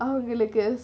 all over the place